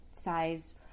size